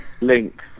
Link